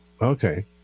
Okay